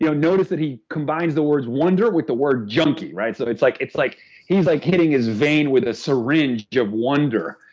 you know notice that he combines the words wonder with the word junkie, right, so it's like it's like he's like hitting hit vein with a syringe of wonder,